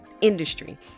industry